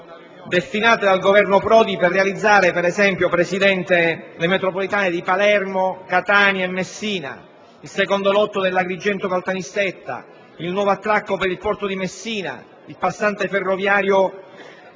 destinate dal Governo Prodi per realizzare, per esempio, le metropolitane di Palermo, Catania e Messina, il secondo lotto della Agrigento-Caltanissetta; il nuovo attracco per il porto di Messina; il passante ferroviario